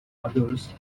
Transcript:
others